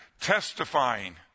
testifying